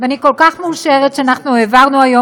ואני כל כך מאושרת שאנחנו העברנו היום